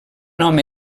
nom